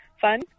fun